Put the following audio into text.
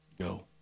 Go